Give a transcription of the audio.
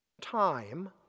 time